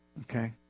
Okay